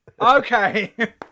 Okay